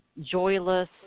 joyless